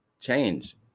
change